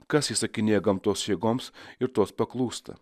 kas įsakinėja gamtos jėgoms ir tos paklūsta